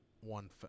one